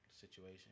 situation